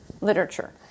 literature